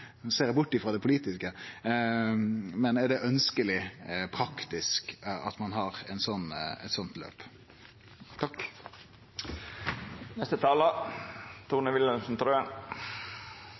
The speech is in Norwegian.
ser eg bort frå det politiske – at ein har eit slikt løp?